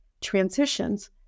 Transitions